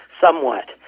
somewhat